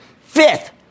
Fifth